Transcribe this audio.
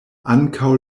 ankaŭ